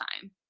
time